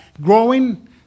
growing